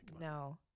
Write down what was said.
no